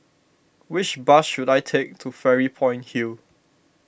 which bus should I take to Fairy Point Hill